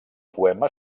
poema